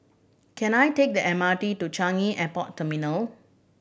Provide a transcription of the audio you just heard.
can I take the M R T to Changi Airport Terminal